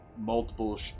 multiple